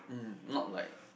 mm not like